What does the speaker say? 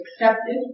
accepted